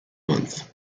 month